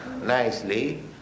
nicely